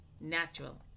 natural